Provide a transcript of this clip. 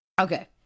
Okay